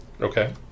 Okay